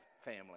family